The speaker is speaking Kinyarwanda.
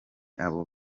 abo